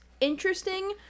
interesting